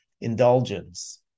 indulgence